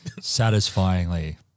satisfyingly